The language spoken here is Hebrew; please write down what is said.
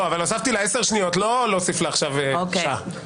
הוספתי לה 10 שניות, לא להוסיף לה עכשיו שעה.